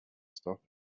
stop